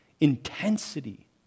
intensity